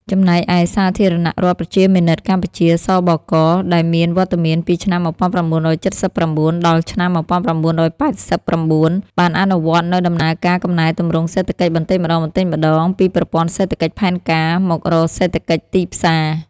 ចំណែកឯសាធារណរដ្ឋប្រជាមានិតកម្ពុជា ស.ប.ក.ដែលមានវត្តមានពីឆ្នាំ ១៩៧៩ ដល់ឆ្នាំ ១៩៨៩ បានអនុវត្តនូវដំណើរការកំណែទម្រង់សេដ្ឋកិច្ចបន្តិចម្ដងៗពីប្រព័ន្ធសេដ្ឋកិច្ចផែនការមករកសេដ្ឋកិច្ចទីផ្សារ។